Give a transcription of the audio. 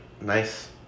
nice